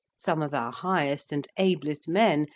some of our highest and ablest men,